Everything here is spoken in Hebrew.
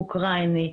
אוקרייני,